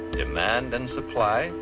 demand and supply,